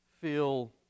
feel